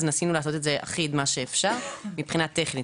אז ניסינו לעשות את זה אחיד כמה שאפשר מבחינה טכנית,